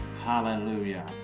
Hallelujah